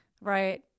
Right